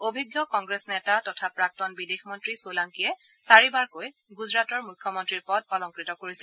অভিজ্ঞ কংগ্লেছ নেতা তথা প্ৰাক্তন বিদেশ মন্ত্ৰী চোলাংকীয়ে চাৰিবাৰৈক গুজৰাটৰ মুখ্যমন্ত্ৰীৰ পদ অলংকৃত কৰিছিল